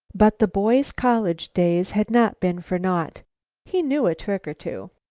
but the boy's college days had not been for naught he knew a trick or two.